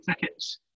tickets